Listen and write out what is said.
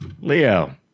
Leo